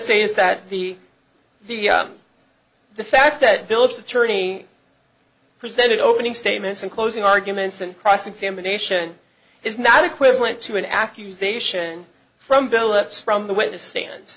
say is that the the the fact that billups attorney presented opening statements and closing arguments and cross examination is not equivalent to an accusation from billups from the witness stand